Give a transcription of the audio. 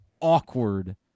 awkward